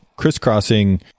crisscrossing